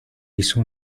hizo